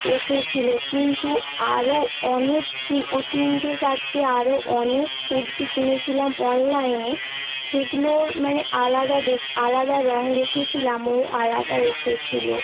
এসেছিল কিন্তু আরও অনেক ও তিনটে চারটে আরও অনেক কুর্তি কিনেছিলাম অনলাইনে সেগুলোর মানে আলাদা আলাদা রঙ দেখেছিলাম ও আলাদা এসেছিল